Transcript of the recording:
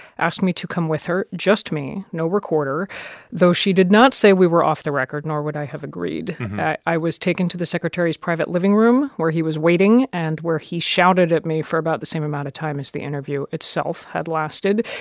asked me to come with her just me, no recorder though she did not say we were off the record, nor would i have agreed i was taken to the secretary's private living room, where he was waiting and where he shouted at me for about the same amount of time as the interview itself had lasted.